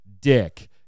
dick